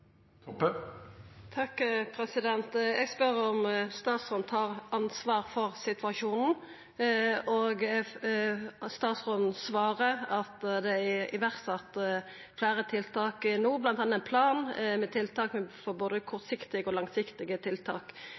Eg spør om statsråden tar ansvar for situasjonen, og statsråden svarer at det er sett i verk fleire tiltak no, bl.a. ein plan med tiltak på både kort og